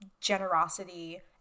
generosity